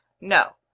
No